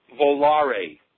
Volare